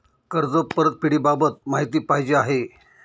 कर्ज परतफेडीबाबत माहिती पाहिजे आहे